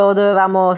dovevamo